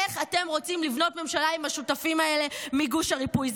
איך אתם רוצים לבנות ממשלה עם השותפים האלה מגוש הריפוי?